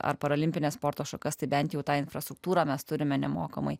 ar parolimpines sporto šakas tai bent tą infrastruktūrą mes turime nemokamai